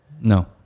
No